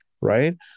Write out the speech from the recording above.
right